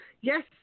Yes